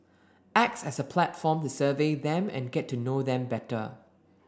acts as a platform to survey them and get to know them better